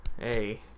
hey